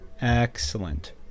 Excellent